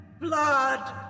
blood